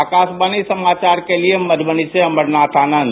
आकाशवाणी समाचार के लिये मधुबनी से अमरनाथ आनंद